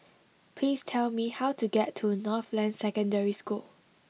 please tell me how to get to Northland Secondary School